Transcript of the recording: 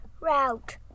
route